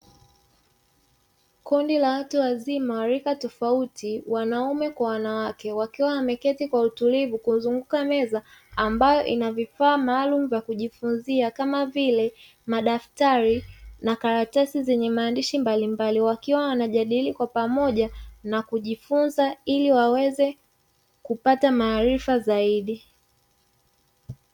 Kundi la watu wazima rika tofauti wanaume kwa wanawake, wakiwa wameketi kwa utulivu kuzunguka meza ambayo inavifaa maalumu vya kujifunzia, kama vile madaftari na karatasi zenye maandishi mbalimbali. Wakiwa wanajadili kwa pamoja, na kujifunza iliwaweze kupata maarifa zaidi.